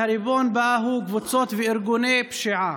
שהריבון בה הוא קבוצות וארגוני פשיעה.